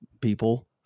people